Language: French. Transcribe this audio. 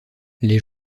les